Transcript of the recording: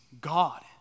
God